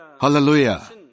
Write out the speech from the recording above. Hallelujah